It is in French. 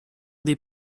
des